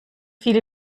viele